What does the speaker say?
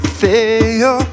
fail